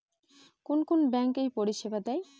কোন কোন ব্যাঙ্ক এই পরিষেবা দেয়?